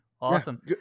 awesome